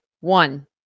one